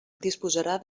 disposarà